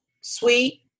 sweet